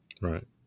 Right